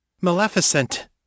Maleficent